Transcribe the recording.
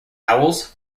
owls